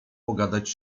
pogadać